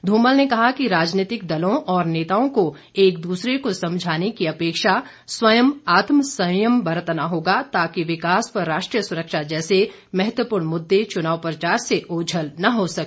धूमल ने कहा कि राजनीतिक दलों और नेताओं को एक दूसरे को समझाने की अपेक्षा स्वयं आत्म संयम बरतना होगा ताकि विकास व राष्ट्रीय सुरक्षा जैसे महत्वपूर्ण मुद्दे चुनाव प्रचार से ओझल न हो सके